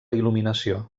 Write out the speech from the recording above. il·luminació